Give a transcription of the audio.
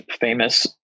famous